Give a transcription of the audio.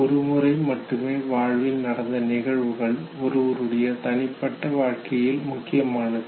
ஒரு முறை மட்டுமே வாழ்வில் நடந்த நிகழ்வுகள் ஒருவருடைய தனிப்பட்ட வாழ்க்கையில் முக்கியமானது